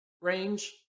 range